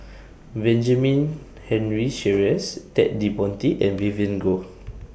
Benjamin Henry Sheares Ted De Ponti and Vivien Goh